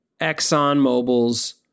ExxonMobil's